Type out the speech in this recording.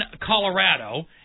Colorado